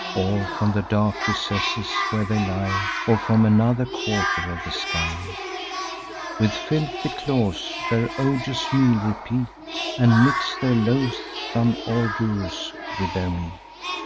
or from the dark recesses where they lie, or from another quarter of the sky with filthy claws their odious meal repeat, and mix their loathsome ordures with their meat.